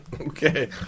Okay